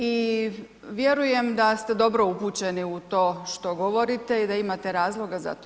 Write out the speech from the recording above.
I vjerujem da ste dobro upućeni u to što govorite i da imate razloga za to.